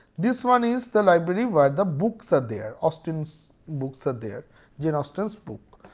this one is the library where the books are there austen so books are there janeaustenr books.